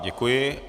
Děkuji.